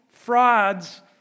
Frauds